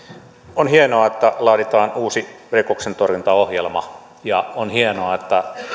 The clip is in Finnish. on hienoa että laaditaan uusi rikoksentorjuntaohjelma ja on hienoa että